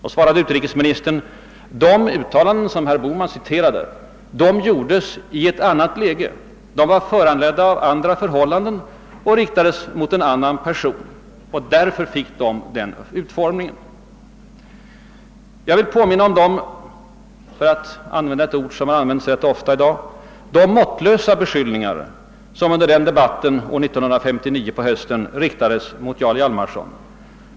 Då svarade utrikesministern, att de uttalanden som herr Bohman citerade gjordes i ett annat läge och var föranledda av andra förhållanden, och de riktades mot en annan person. Det var därför de fick sin utformning. Jag vill påminna om de — för att använda ett ord som använts rätt ofta i dag — måttlösa beskyllningar som under debatten år 1959 på hösten riktades mot Jarl Hjalmarson.